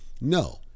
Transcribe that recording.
no